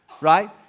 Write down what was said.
right